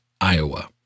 Iowa